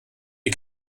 die